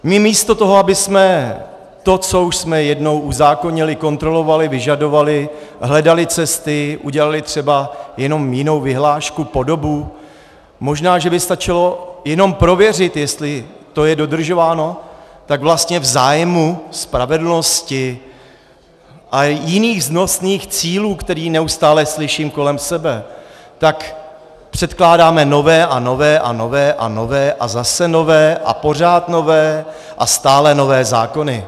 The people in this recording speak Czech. My místo toho, abychom to, co už jsme jednou uzákonili, kontrolovali, vyžadovali, hledali cesty, udělali třeba jenom jinou vyhlášku, podobu, možná že by stačilo jenom prověřit, jestli to je dodržováno, tak vlastně v zájmu spravedlnosti a jiných vznosných cílů, které neustále slyším kolem sebe, tak předkládáme nové a nové a nové a nové a zase nové a pořád nové a stále nové zákony.